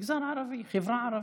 מגזר ערבי, חברה ערבית.